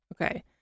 okay